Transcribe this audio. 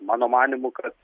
mano manymu kad